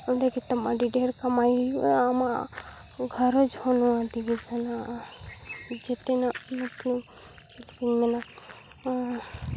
ᱚᱸᱰᱮ ᱜᱮᱛᱟᱢ ᱟᱹᱰᱤ ᱰᱷᱮᱹᱨ ᱠᱟᱢᱦᱟᱭ ᱦᱩᱭᱩᱜᱼᱟ ᱟᱢᱟᱜ ᱜᱷᱟᱨᱚᱸᱡᱽ ᱦᱚᱸ ᱱᱚᱣᱟ ᱛᱮᱜᱮ ᱥᱮᱱᱚᱜᱼᱟ ᱡᱮᱛᱮᱱᱟᱜ ᱱᱩᱠᱩ ᱪᱮᱫ ᱤᱧ ᱢᱮᱱᱟ